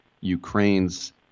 Ukraine's